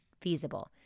feasible